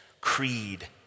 creed